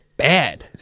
Bad